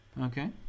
Okay